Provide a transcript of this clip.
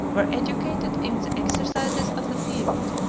were educated in the exercises of the field,